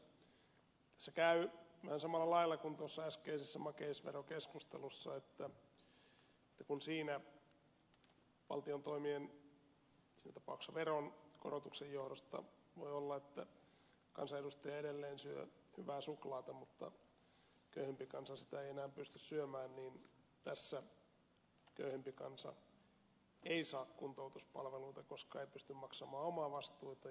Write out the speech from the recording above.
käytännössä tässä käy vähän samalla lailla kuin tuossa äskeisessä makeisverokeskustelussa että kun valtion toimien tässä tapauksessa veronkorotuksen johdosta voi olla että kansanedustaja edelleen syö hyvää suklaata mutta köyhempi kansa sitä ei enää pysty syömään niin tässä köyhempi kansa ei saa kuntoutuspalveluita koska ei pysty maksamaan omavastuita